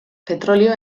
petrolio